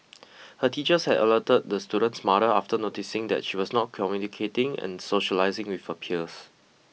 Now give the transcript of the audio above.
her teachers had alerted the student's mother after noticing that she was not communicating and socialising with her peers